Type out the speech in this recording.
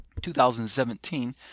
2017